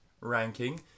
ranking